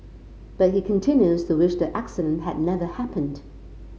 but he continues to wish the accident had never happened